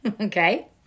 Okay